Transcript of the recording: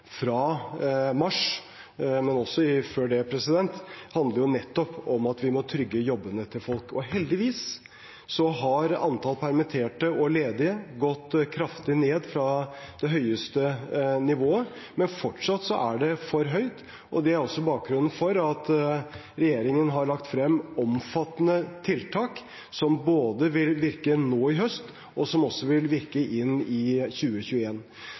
fra mars, men også før det, handler nettopp om at vi må trygge jobbene til folk. Heldigvis har antallet permitterte og ledige gått kraftig ned fra det høyeste nivået, men fortsatt er det for høyt. Det er også bakgrunnen for at regjeringen har lagt frem omfattende tiltak, som både vil virke nå i høst, og som vil virke inn i